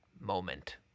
moment